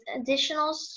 additional